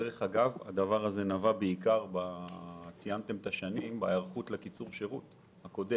הדבר הזה קרה בעיקר בהיערכות לגל קיצור השירות הקודם.